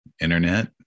internet